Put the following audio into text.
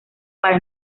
para